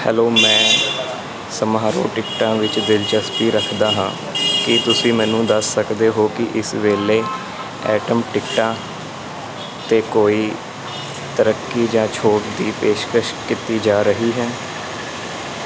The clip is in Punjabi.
ਹੈਲੋ ਮੈਂ ਸਮਾਰੋਹ ਟਿਕਟਾਂ ਵਿੱਚ ਦਿਲਚਸਪੀ ਰੱਖਦਾ ਹਾਂ ਕੀ ਤੁਸੀਂ ਮੈਨੂੰ ਦੱਸ ਸਕਦੇ ਹੋ ਕਿ ਇਸ ਵੇਲੇ ਐਟਮ ਟਿਕਟਾਂ 'ਤੇ ਕੋਈ ਤਰੱਕੀ ਜਾਂ ਛੋਟ ਦੀ ਪੇਸ਼ਕਸ਼ ਕੀਤੀ ਜਾ ਰਹੀ ਹੈ